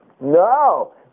No